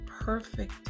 perfect